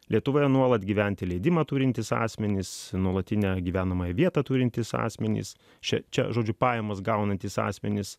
lietuvoje nuolat gyventi leidimą turintys asmenys nuolatinę gyvenamąją vietą turintys asmenys šičia žodžiu pajamas gaunantys asmenys